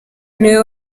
niwe